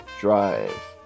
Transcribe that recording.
drive